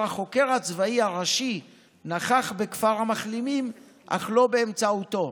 החוקר הצבאי הראשי נכח בכפר המחלימים אך לא באמצעותו.